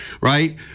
right